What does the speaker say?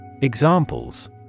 Examples